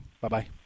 Bye-bye